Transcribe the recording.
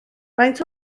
faint